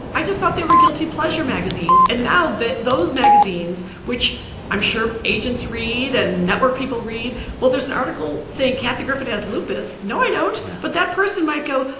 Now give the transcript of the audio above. i just thought they were guilty pleasure magazines. and now those magazines, which i'm sure agents read and network people read, well, there's an article saying kathy griffin has lupus. no. i don't. but that person might go,